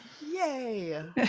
yay